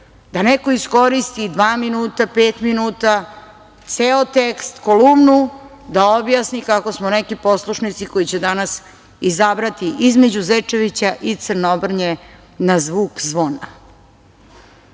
da iskoristi dva minuta, pet minuta, ceo tekst, Kolumnu, da objasni kako smo neki poslušnici koji će danas izabrati između Zečevića i Crnobrnje na zvuk zvona.